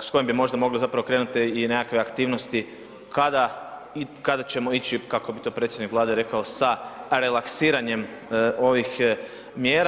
s kojim bi možda mogli zapravo krenuti i nekakve aktivnosti, kada i kada ćemo ići, kako bi to predsjednik Vlade rekao sa relaksiranjem ovih mjera.